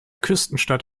küstenstadt